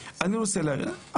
נהייתי חוקר שמבקש לראות את